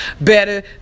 better